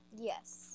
Yes